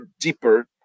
deeper